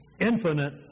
infinite